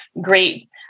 great